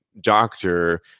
doctor